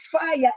fire